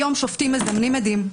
היום שופטים מזמנים עדים,